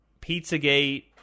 Pizzagate